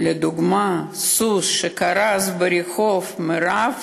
לדוגמה, סוס שקרס ברחוב מרעב